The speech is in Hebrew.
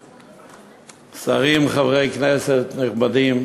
שרים, חברי כנסת נכבדים,